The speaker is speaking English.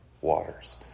waters